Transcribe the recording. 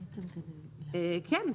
כן.